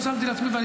רשמתי לעצמי ואני